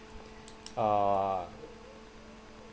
err